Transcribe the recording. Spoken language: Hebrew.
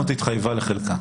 הסוכנות התחייבה לחלקה.